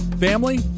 Family